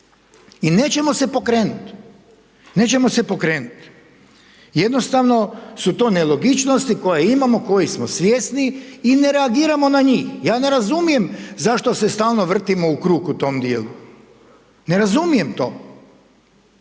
Nećemo se pokrenuti. Jednostavno su to nelogičnosti koje imamo, kojih smo svjesni i ne reagiramo na njih. Ja ne razumijem zašto se stalno vrtimo u krug u tom djelu. Ne razumijem to.